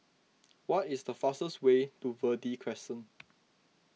what is the fastest way to Verde Crescent